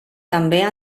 també